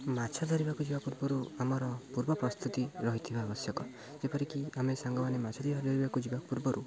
ମାଛ ଧରିବାକୁ ଯିବା ପୂର୍ବରୁ ଆମର ପୂର୍ବ ପ୍ରସ୍ତୁତି ରହିଥିବା ଆବଶ୍ୟକ ଯେପରିକି ଆମେ ସାଙ୍ଗମାନେ ମାଛ ଧରିବାକୁ ଯିବା ପୂର୍ବରୁ